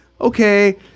okay